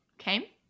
Okay